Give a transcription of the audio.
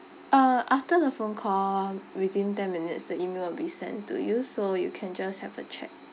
uh after the phone call within ten minutes the email will be sent to you so you can just have a check